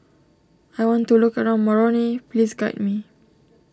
I want to look around Moroni please guide me